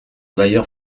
d’ailleurs